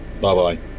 Bye-bye